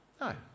No